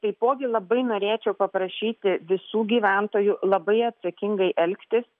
taipogi labai norėčiau paprašyti visų gyventojų labai atsakingai elgtis